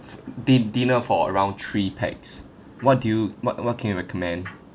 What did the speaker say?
di~ dinner for around three pax what do you what what can you recommend